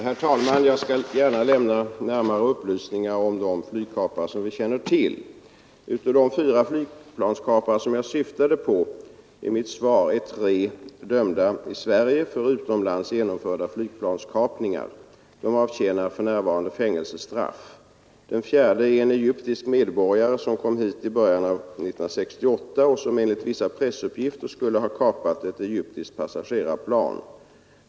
Herr talman! Jag skall gärna lämna närmare upplysningar om de flygkapare som vi känner till. Av de fyra flygplanskapare som jag syftade på i mitt svar är tre dömda i Sverige för utomlands genomförda flygplanskapningar. De avtjänar för närvarande fängelsestraff. Den fjärde är en egyptisk medborgare, som kom hit i början av 1968 och som enligt vissa pressuppgifter skulle ha kapat ett egyptiskt passagerarplan.